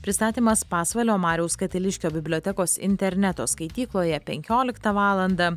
pristatymas pasvalio mariaus katiliškio bibliotekos interneto skaitykloje penkioliktą valandą